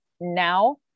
now